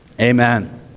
amen